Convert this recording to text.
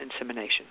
insemination